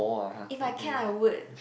if I can I would